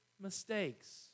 mistakes